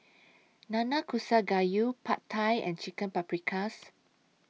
Nanakusa Gayu Pad Thai and Chicken Paprikas